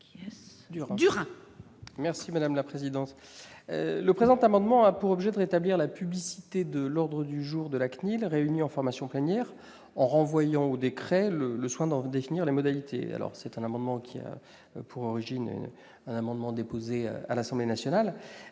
M. Jérôme Durain. Le présent amendement a pour objet de rétablir la publicité de l'ordre du jour de la CNIL réunie en formation plénière, en renvoyant au décret le soin d'en définir les modalités. Il a pour origine un amendement déposé à l'Assemblée nationale.